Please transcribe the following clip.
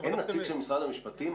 אין נציג של משרד המשפטים?